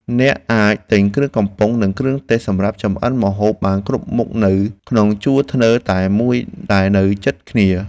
អ្នកអាចទិញគ្រឿងកំប៉ុងនិងគ្រឿងទេសសម្រាប់ចម្អិនម្ហូបបានគ្រប់មុខនៅក្នុងជួរធ្នើរតែមួយដែលនៅជិតគ្នា។